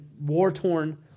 war-torn